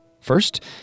First